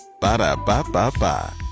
Ba-da-ba-ba-ba